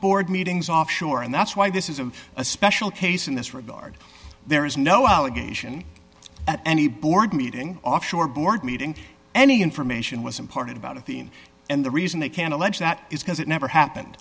board meetings offshore and that's why this is of a special case in this regard there is no allegation at any board meeting offshore board meeting any information was imparted about a theme and the reason they can allege that is because it never happened